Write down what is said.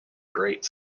great